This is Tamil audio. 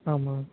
ஆமாம்